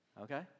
Okay